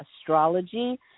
astrology